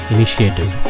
Initiative